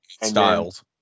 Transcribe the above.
styles